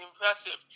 impressive